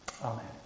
Amen